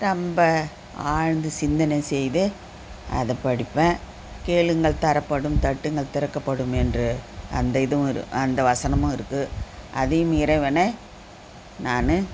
ரொம்ப ஆழ்ந்து சிந்தனை செய்து அதை படிப்பேன் கேளுங்கள் தரப்படும் தட்டுகள் திறக்கப்படும் என்று அந்த இதுவும் இருக் அந்த வசனமும் இருக்குது அதையும் இறைவனை நான்